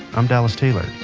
i'm dallas taylor.